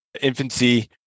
infancy